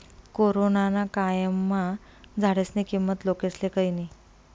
corona ना कायमा झाडेस्नी किंमत लोकेस्ले कयनी